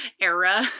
era